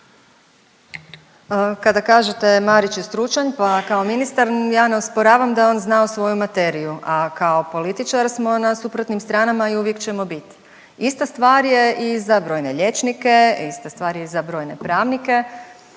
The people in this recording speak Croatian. Kada kažete Marić je stručan, pa kao ministar ja ne osporavam da je on znao svoju materiju, a kao političar smo na suprotnim stranama i uvijek ćemo biti. Ista stvar je i za brojne liječnike, ista stvar je i za brojne pravnike.